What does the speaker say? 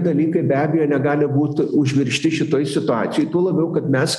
dalykai be abejo negali būt užmiršti šitoj situacijoj tuo labiau kad mes